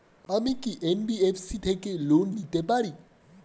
আমি কি এন.বি.এফ.সি থেকে লোন নিতে পারি?